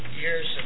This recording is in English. years